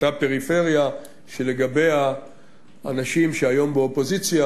אותה פריפריה שלגביה אנשים שהיום באופוזיציה,